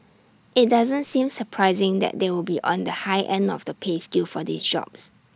IT doesn't seem surprising that they would be on the high end of the pay scale for these jobs